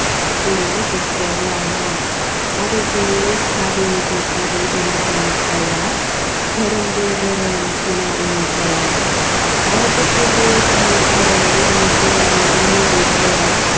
जोङो गोसोआव लाया आरो जोङो हारिजों हारि एना एनि जाया धोरोमजों धोरोम एना एनि जाया रावबो दि बे उमुक धोरोम बे उमुक धोरोम होननानै मुगैलाया